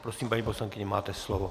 Prosím, paní poslankyně, máte slovo.